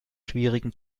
schwierigen